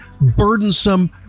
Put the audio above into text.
burdensome